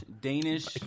Danish